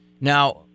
Now